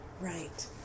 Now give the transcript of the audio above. Right